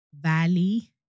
Valley